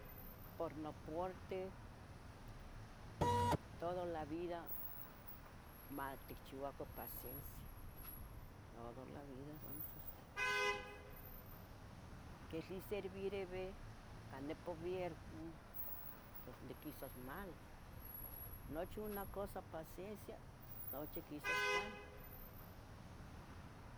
Por nopurteh, toda la vida maticchiouacan paciencia. toda la vida vamos a hacer paciencia, queh. liservireve cah nepu vierco pos niquisas mal. nochi una cosa paciencia, nochi quisas cualih.